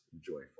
joyful